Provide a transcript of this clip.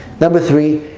number three,